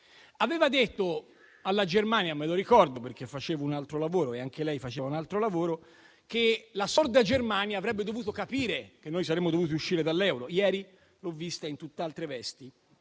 Aveva detto alla Germania (me lo ricordo, perché facevo un altro lavoro e anche lei ne faceva un altro) che la sorda Germania avrebbe dovuto capire che noi saremmo dovuti uscire dall'euro. Ieri l'ho vista in tutt'altre vesti